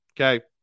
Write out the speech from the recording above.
okay